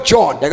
John